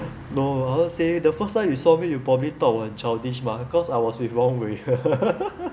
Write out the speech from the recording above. no I want say the first time you saw me you probably thought 我很 childish mah because I was with rong wei